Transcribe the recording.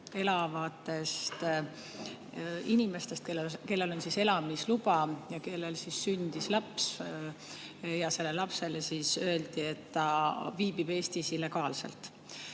elavatest inimestest, kellel on elamisluba ja kellel sündis laps, aga selle lapse kohta öeldi, et ta viibib Eestis illegaalselt.